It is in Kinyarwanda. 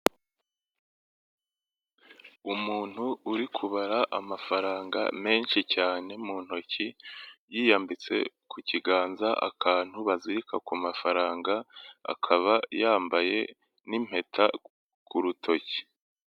Umuntu uri kubara amafaranga menshi cyane mu ntoki yiyambitse ku kiganza akantu bazirika ku mafaranga, akaba yambaye n'impeta ku rutoki.